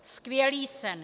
Skvělý sen.